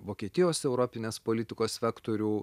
vokietijos europinės politikos vektorių